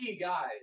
guys